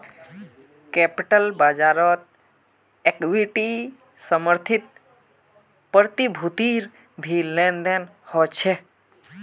capital बाज़ारत equity समर्थित प्रतिभूतिर भी लेन देन ह छे